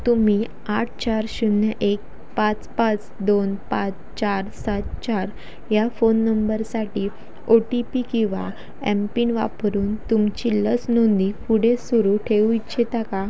तुम्ही आठ चार शून्य एक पाच पाच दोन पाच चार सात चार या फोन नंबरसाठी ओ टी पी किंवा एमपिन वापरून तुमची लस नोंदणी पुढे सुरू ठेवू इच्छिता का